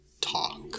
talk